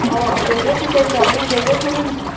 অঁ গ্ৰেজুৱেট বিচাৰছে আপুনি গ্ৰেজুৱেট হয় নে নহয়